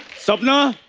sapna!